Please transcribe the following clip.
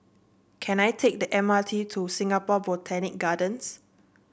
can I take the M R T to Singapore Botanic Gardens